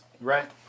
right